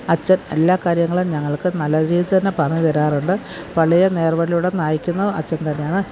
അച്ചൻ എല്ലാ കാര്യങ്ങളും ഞങ്ങൾക്ക് നല്ല രീതിയില് തന്നെ പറഞ്ഞുതരാറുണ്ട് പള്ളിയില് നേർവഴിയിലൂടെ നയിക്കുന്നത് അച്ചൻ തന്നാണ്